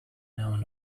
known